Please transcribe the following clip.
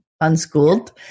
unschooled